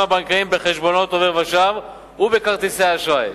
הבנקאיים בחשבונות עובר ושב ובכרטיסי האשראי,